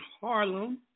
Harlem